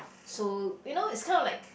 so you know it's kind of like